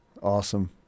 Awesome